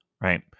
Right